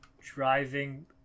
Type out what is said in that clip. driving